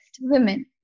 women